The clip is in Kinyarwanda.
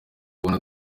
kubona